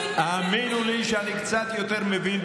אני קצת יותר מבין,